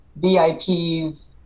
VIPs